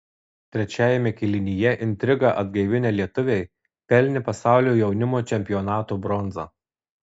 trečiajame kėlinyje intrigą atgaivinę lietuviai pelnė pasaulio jaunimo čempionato bronzą